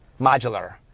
modular